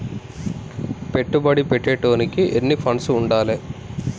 పెట్టుబడి పెట్టేటోనికి ఎన్ని ఫండ్స్ ఉండాలే?